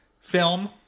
film